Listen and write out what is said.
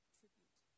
tribute